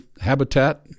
habitat